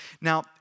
Now